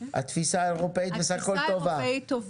התפיסה האירופאית טובה.